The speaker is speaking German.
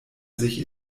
sich